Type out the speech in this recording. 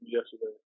yesterday